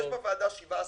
יש בוועדה 17 חברים,